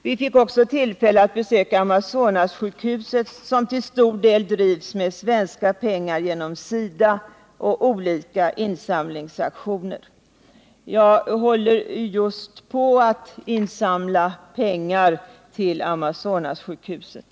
Vi fick också tillfälle att besöka Amazonassjukhuset, som till stor del drivs med svenska pengar genom Sida och olika insamlingsaktioner. Jag håller just på att insamla pengar till Amazonassjukhuset.